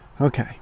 okay